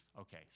okay